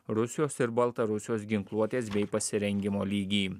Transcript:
rusijos ir baltarusijos ginkluotės bei pasirengimo lygį